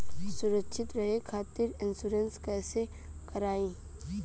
सुरक्षित रहे खातीर इन्शुरन्स कईसे करायी?